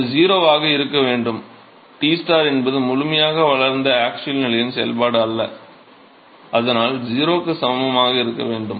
அது 0 ஆக இருக்க வேண்டும் T என்பது முழுமையாக வளர்ந்த ஆக்ஸியல் நிலையின் செயல்பாடு அல்ல அதனால் 0 க்கு சமமாக இருக்க வேண்டும்